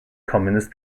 communist